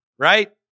right